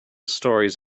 stories